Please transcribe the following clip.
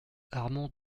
armand